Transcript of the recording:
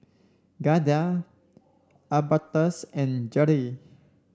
Giada Albertus and Jere